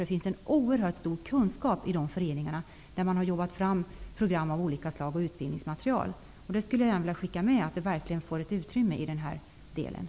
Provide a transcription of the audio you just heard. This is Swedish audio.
Det finns en oerhörd kunskap i föreningarna, där man har jobbat fram utbildningsmaterial och program av olika slag. Jag vill understryka att den verksamheten bör få utrymme.